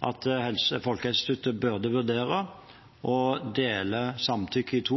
burde vurdere å dele samtykket i to,